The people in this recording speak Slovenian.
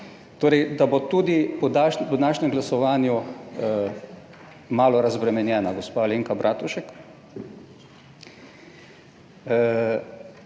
torej, da bo tudi po današnjem glasovanju malo razbremenjena gospa Alenka Bratušek.